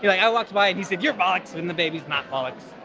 i walked by and he said, you're bollocks, but and the baby's not bollocks.